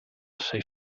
sei